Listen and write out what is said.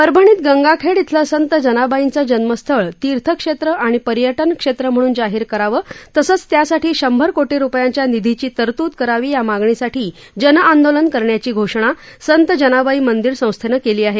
परभणीत गंगाखेड इथलं संत जनाबाईंचं जन्मस्थळ तीर्थक्षेत्र आणि पर्यटनक्षेत्र म्हणून जाहीर करावं तसंच त्यासाठी शंभर कोटी रुपयांच्या निधीची तरतूद करावी या मागणीसाठी जनआंदोलन करण्याची घोषणी संत जनाबाई मंदिर संस्थेनं केली आहे